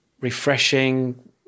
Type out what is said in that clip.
refreshing